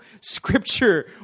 scripture